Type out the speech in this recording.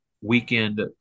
weekend